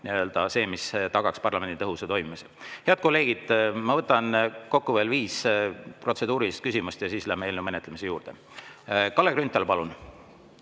see, mis tagaks parlamendi tõhusa toimimise. Head kolleegid, ma võtan kokku veel viis protseduurilist küsimust ja siis läheme eelnõu menetlemise juurde. Kalle Grünthal, palun!